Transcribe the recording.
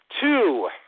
Two